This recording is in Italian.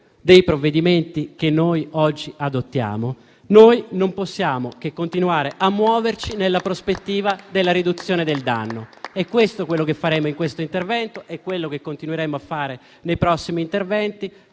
dei provvedimenti che oggi adottiamo, non possiamo che continuare a muoverci nella prospettiva della riduzione del danno: è quello che faremo in questo intervento e che continueremo a fare nei prossimi interventi